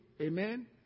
Amen